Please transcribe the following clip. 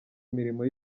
imirimo